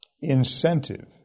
incentive